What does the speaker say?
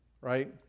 right